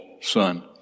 son